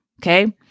okay